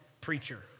preacher